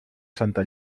santa